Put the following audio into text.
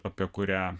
apie kurią